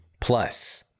plus